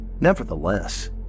Nevertheless